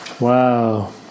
Wow